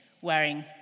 wearing